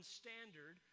standard